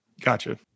Gotcha